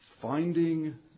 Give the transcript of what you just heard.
Finding